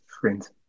friends